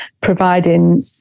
providing